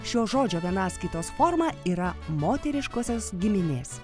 šio žodžio vienaskaitos forma yra moteriškosios giminės